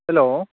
hello